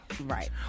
Right